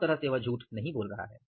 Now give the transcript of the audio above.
दोनों तरह से वह झूठ नहीं बोल रहा है